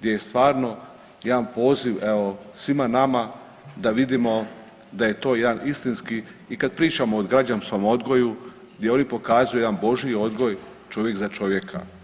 gdje je stvarno jedan poziv evo svima nama da vidimo da je to jedan istinski i kad pričamo o građanskom odgoju gdje oni pokazuju jedan božji odgoj čovjek za čovjeka.